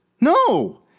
No